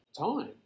time